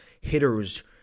hitters